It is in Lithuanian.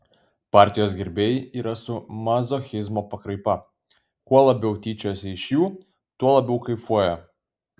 partijos gerbėjai yra su mazochizmo pakraipa kuo labiau tyčiojasi iš jų tuo labiau kaifuoja